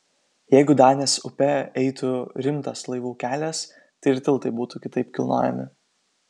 jeigu danės upe eitų rimtas laivų kelias tai ir tiltai būtų kitaip kilnojami